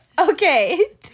Okay